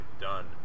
done